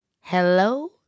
Hello